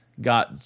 got